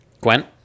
gwen